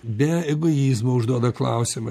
be egoizmo užduoda klausimą